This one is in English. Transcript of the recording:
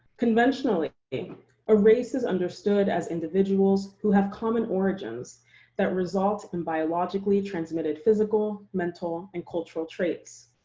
conventionally, a ah race is understood as individuals who have common origins that result in biologically transmitted physical, mental, and cultural traits.